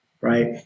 right